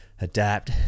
adapt